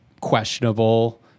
questionable